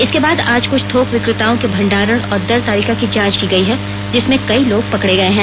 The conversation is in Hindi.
इसके बाद आज कुछ थोक विक्रेताओं के भंडारण और दर तालिका की जांच की गई है जिसमें कई लोग पकड़े गये हैं